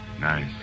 Nice